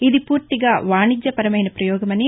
ఇది పూర్తిగా వాణిజ్యపరమైన ప్రయోగమని